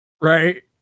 Right